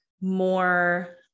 more